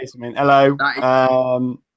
Hello